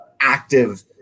active